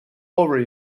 over